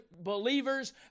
believers